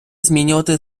змінювати